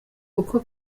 uko